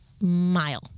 mile